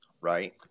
right